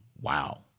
Wow